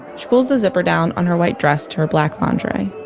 she pulls the zipper down on her white dress to her black lingerie